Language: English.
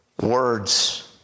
Words